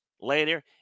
later